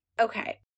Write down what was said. okay